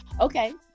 okay